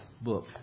book